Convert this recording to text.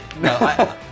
No